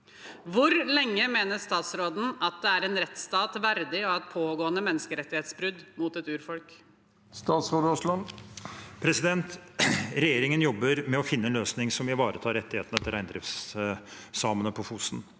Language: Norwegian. Hvor lenge mener statsråden at det er en rettsstat verdig å ha et pågående menneskerettighetsbrudd mot et urfolk?» Statsråd Terje Aasland Regjeringen job- ber med å finne en løsning som ivaretar rettighetene til reindriftssamene på Fosen.